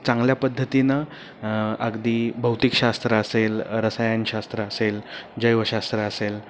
चांगल्या पद्धतीनं अगदी भौतिकशास्त्र असेल रसायनशास्त्र असेल जैवशास्त्र असेल